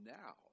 now